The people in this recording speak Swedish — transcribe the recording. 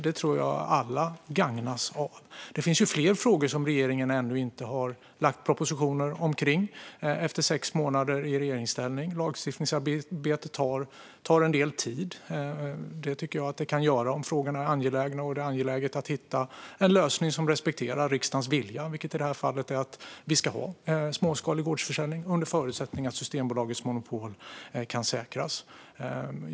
Det tror jag att alla gagnas av. Det finns fler frågor som regeringen ännu inte har lagt fram propositioner om efter sex månader i regeringsställning. Lagstiftningsarbete tar en del tid, och det tycker jag att det kan göra om det är angeläget att hitta en lösning som respekterar riksdagens vilja - i det här fallet småskalig gårdsförsäljning under förutsättning att Systembolagets monopol kan säkras.